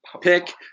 pick